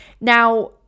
Now